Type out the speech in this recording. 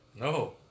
No